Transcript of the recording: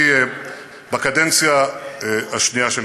בקדנציה השנייה שלי,